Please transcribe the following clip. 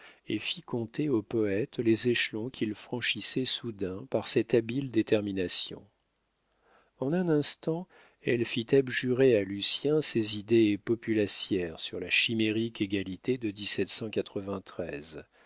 et fit compter au poète les échelons qu'il franchissait soudain par cette habile détermination en un instant elle fit abjurer à lucien ses idées populacières sur la chimérique égalité de